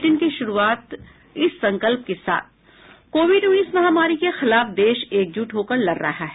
bulletin की शुरूआत इस संकल्प के साथ कोविड उन्नीस महामारी के खिलाफ देश एकजुट होकर लड़ रहा है